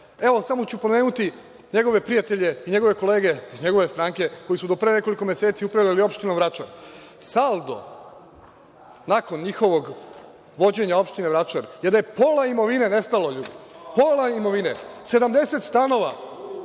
samo ću pomenuti njegove prijatelje i njegove kolege iz njegove stranke koji su do pre nekoliko meseci upravljali opštinom Vračar. Saldo nakon njihovog vođenja opštine Vračar je da je pola imovine nestalo, ljudi, pola imovine, 70 stanova,